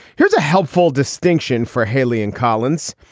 here's a helpful distinction for haley and collins.